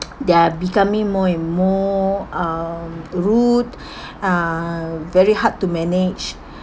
they're are becoming more and more uh rude uh very hard to manage